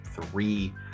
three